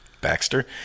Baxter